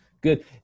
good